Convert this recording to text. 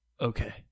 Okay